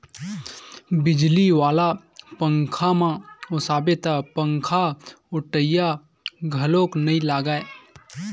बिजली वाला पंखाम ओसाबे त पंखाओटइया घलोक नइ लागय